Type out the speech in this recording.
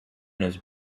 his